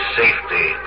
safety